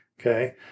okay